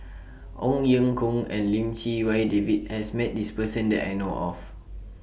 Ong Ye Kung and Lim Chee Wai David has Met This Person that I know of